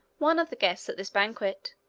one of the guests at this banquet,